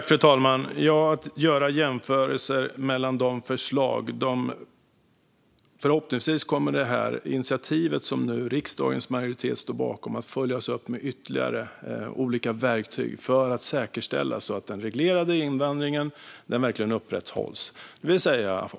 Fru talman! Det görs jämförelser mellan förslag. Förhoppningsvis kommer det initiativ som nu riksdagens majoritet står bakom att följas upp av olika verktyg för att säkerställa att den reglerade invandringen verkligen upprätthålls.